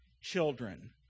children